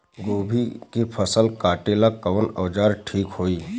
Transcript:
गोभी के फसल काटेला कवन औजार ठीक होई?